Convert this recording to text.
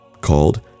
called